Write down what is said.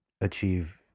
achieve